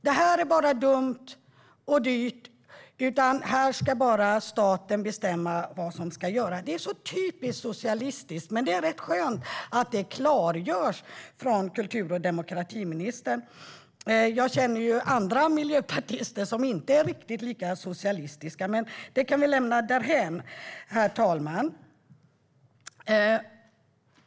Det här är bara dumt och dyrt - här är det minsann staten som ska bestämma vad som ska göras! Det är så typiskt socialistiskt! Men det är rätt skönt att detta klargörs från kultur och demokratiministern. Jag känner andra miljöpartister som inte är riktigt lika socialistiska, men det kan vi lämna därhän, herr talman.